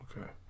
Okay